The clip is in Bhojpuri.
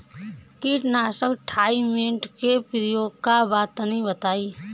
कीटनाशक थाइमेट के प्रयोग का बा तनि बताई?